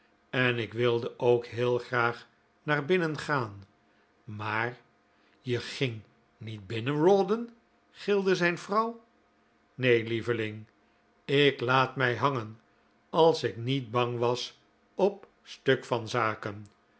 en ik wilde ook heel graag naar binnen gaan maar e ging niet binnen rawdon gilde zijn vrouw nee lieveling ik laat mij hangen als ik niet bang was op stuk van zaken